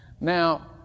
Now